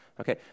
Okay